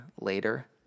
later